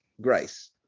grace